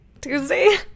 tuesday